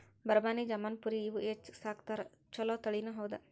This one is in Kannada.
ಬರಬಾನಿ, ಜಮನಾಪುರಿ ಇವ ಹೆಚ್ಚ ಸಾಕತಾರ ಚುಲೊ ತಳಿನಿ ಹೌದ